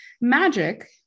magic